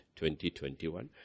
2021